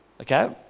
okay